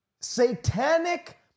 satanic